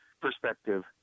perspective